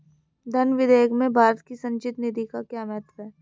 धन विधेयक में भारत की संचित निधि का क्या महत्व है?